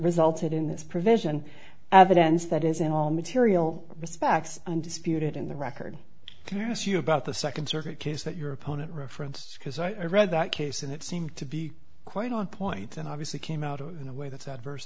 resulted in this provision evidence that is in all material respects undisputed in the record there was you about the second circuit case that your opponent referenced because i read that case and it seemed to be quite on point and obviously came out in a way that's adverse